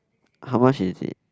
how much is it